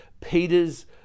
Peter's